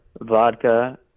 vodka